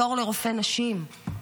תור לרופא נשים,